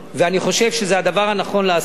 ואני חושב שזה הדבר הנכון לעשות,